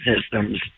systems